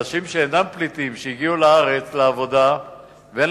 ואנשים שאינם פליטים שהגיעו לעבודה בארץ